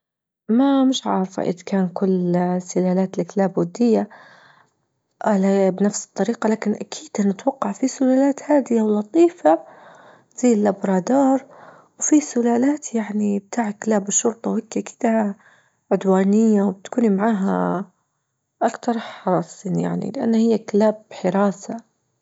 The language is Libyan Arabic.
ما مش عارفة إذا كان كل سلالات الكلاب ودية ولا هي بنفس الطريقة لكن أكيد هأتوقع في سلالات هادية ولطيفة زي البرادور وفي سلالات يعني تاع كلاب الشرطة وهكا كدا عدوانية وتكوني معاها أكتر حاصل يعني لأن هي كلاب حراسة.